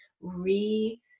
re